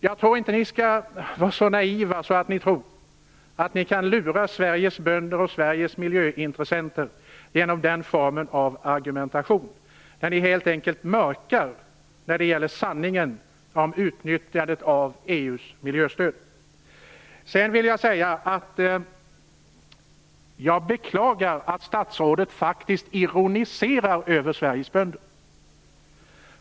Jag tror inte att ni är så naiva att ni tror att ni kan lura Sveriges bönder och Sveriges miljöintressenter genom den formen av argumentation där ni helt enkelt mörkar när det gäller sanningen om utnyttjandet av EU:s miljöstöd. Jag beklagar att statsrådet faktiskt ironiserar över Sveriges bönder.